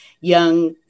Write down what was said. young